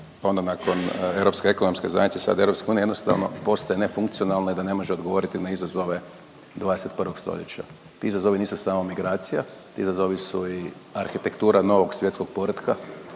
onda nakon Europske ekonomske zajednice, sada EU, jednostavno postaje nefunkcionalna i da ne može odgovoriti na izazove 21. st. Ti izazovi nisu samo migracija, ti izazovi su arhitektura novog svjetskog poretka,